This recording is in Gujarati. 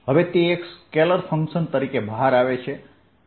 હવે તે એક સ્કેલર ફંકશન બહાર આવે છે